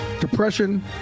Depression